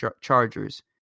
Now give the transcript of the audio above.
chargers